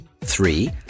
Three